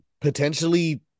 potentially